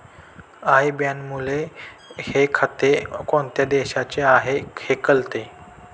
I बॅनमुळे हे खाते कोणत्या देशाचे आहे हे कळते